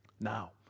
Now